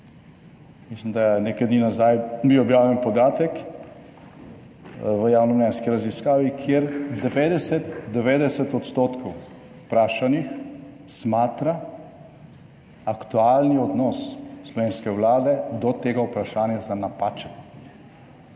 mislim, da je nekaj dni nazaj je bil objavljen podatek v javnomnenjski raziskavi, kjer 90 % vprašanih smatra aktualni odnos slovenske Vlade do tega vprašanja za napačen.